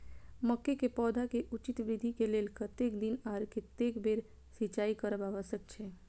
मके के पौधा के उचित वृद्धि के लेल कतेक दिन आर कतेक बेर सिंचाई करब आवश्यक छे?